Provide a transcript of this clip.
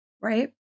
right